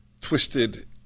twisted